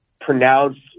pronounced